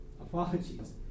Apologies